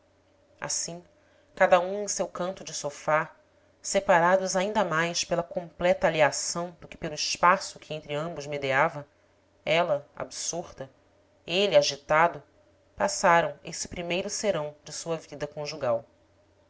assim cada um em seu canto de sofá separados ainda mais pela completa alheação do que pelo espaço que entre ambos medeava ela absorta ele agitado passaram esse primeiro serão de sua vida conjugal